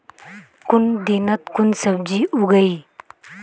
कुन दिनोत कुन सब्जी उगेई?